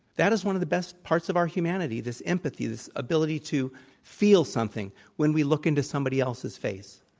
that is one of the best parts of our humanity, this empathy, this ability to feel something when we look into somebody else's face.